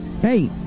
Hey